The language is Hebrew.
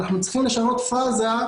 אנחנו צריכים לשנות פאזה.